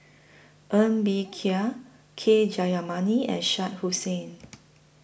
Ng Bee Kia K Jayamani and Shah Hussain